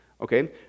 okay